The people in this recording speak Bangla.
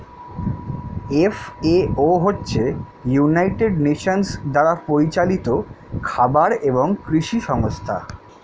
এফ.এ.ও হচ্ছে ইউনাইটেড নেশনস দ্বারা পরিচালিত খাবার এবং কৃষি সংস্থা